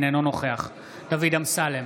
אינו נוכח דוד אמסלם,